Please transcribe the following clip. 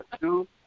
two